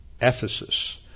Ephesus